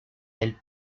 elle